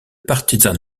partizan